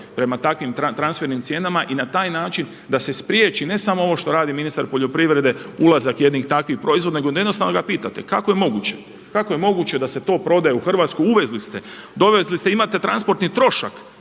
prema takvim transfernim cijenama i na taj način da se spriječi ne samo ovo što radi ministar poljoprivrede ulazak jednih takvih proizvoda, nego da jednostavno ga pitate kako je moguće, kako je moguće da se to prodaje u Hrvatskoj. Uvezli ste, dovezli ste, imate transportni trošak,